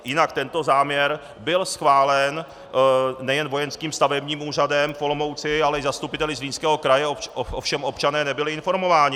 Jinak tento záměr byl schválen nejen vojenským stavebním úřadem v Olomouci, ale i zastupiteli Zlínského kraje, ovšem občané nebyli dostatečně informováni.